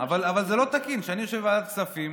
אבל זה לא תקין שאני יושב בוועדת כספים,